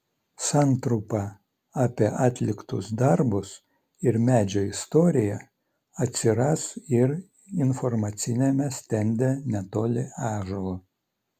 santrumpa apie atliktus darbus ir medžio istoriją atsiras ir informaciniame stende netoli ąžuolo